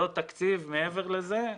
לא תקציב מעבר לזה.